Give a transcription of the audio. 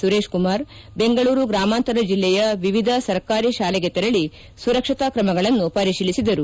ಸುರೇಶಕುಮಾರ್ ಬೆಂಗಳೂರು ಗ್ರಾಮಾಂತರ ಜಿಲ್ಲೆಯ ವಿವಿಧ ಸರ್ಕಾರಿ ಶಾಲೆಗೆ ತೆರಳಿ ಸುರಕ್ಷತಾ ಕ್ರಮಗಳನ್ನು ಪರಿಶೀಲಿಸಿದರು